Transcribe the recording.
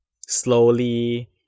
slowly